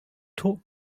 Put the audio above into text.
talk